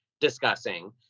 discussing